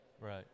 Right